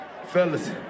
Fellas